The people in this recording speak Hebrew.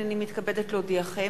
הנני מתכבדת להודיעכם,